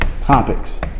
topics